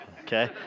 okay